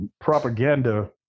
propaganda